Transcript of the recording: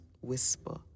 whisper